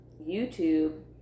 YouTube